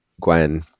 Gwen